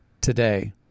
today